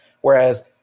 Whereas